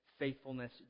faithfulness